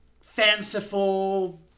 fanciful